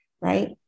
right